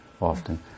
often